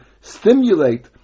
stimulate